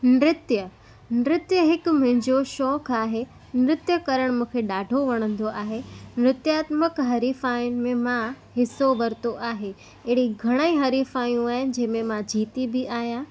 नृत्य नृत्य हिकु मुंहिजो शौक़ु आहे नृत्य करणु मूंखे ॾाढो वणंदो आहे नृत्यात्मक हरीफ़ाइयुनि में मां हिसो वरितो आहे अहिड़ी घणेई हरिफ़ायूं आहिनि जंहिं में मां जिती बि आहियां